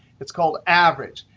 it's called average.